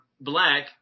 black